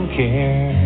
care